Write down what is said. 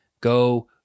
go